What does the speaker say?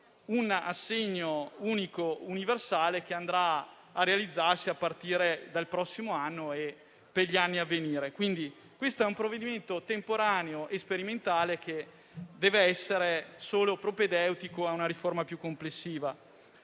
un assegno unico universale, che andrà a realizzarsi a partire dal prossimo anno e per quelli a venire. Si tratta quindi di un provvedimento temporaneo e sperimentale che dev'essere solo propedeutico a una riforma più complessiva.